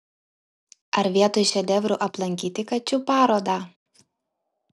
ar vietoj šedevrų aplankyti kačių parodą